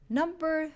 number